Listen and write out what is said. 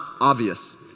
obvious